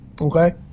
okay